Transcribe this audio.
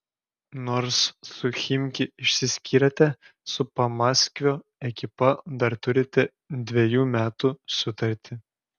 nors su chimki išsiskyrėte su pamaskvio ekipa dar turite dvejų metų sutartį